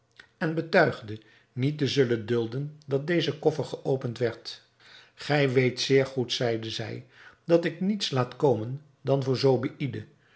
en betuigde niet te zullen dulden dat deze koffer geopend werd gij weet zeer goed zeide zij dat ik niets laat komen dan voor